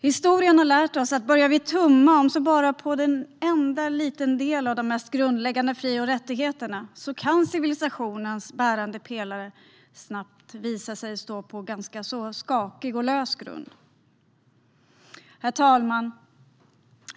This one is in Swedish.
Historien har lärt oss att om vi så börjar tumma på bara en enda, liten del av de mest grundläggande fri och rättigheterna kan civilisationens bärande pelare snabbt visa sig stå på ganska skakig och lös grund. Herr talman!